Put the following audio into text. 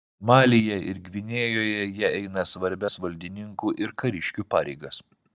malyje ir gvinėjoje jie eina svarbias valdininkų ir kariškių pareigas